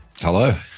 Hello